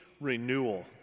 renewal